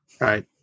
right